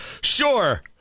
sure